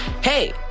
Hey